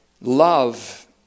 Love